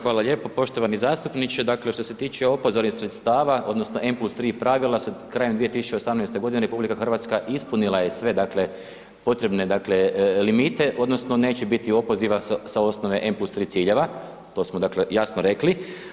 Evo, hvala lijepo poštovani zastupniče, dakle, što se tiče opoziva sredstava odnosno N+3 pravila se krajem 2018.g. RH ispunila je sve, dakle, potrebne, dakle, limite odnosno neće biti opoziva sa osnove N+3 ciljeva, to smo dakle jasno rekli.